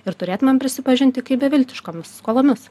ir turėtume prisipažinti kaip beviltiškomis skolomis